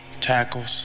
tackles